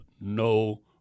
no